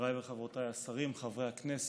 חבריי וחברותיי השרים, חברי הכנסת,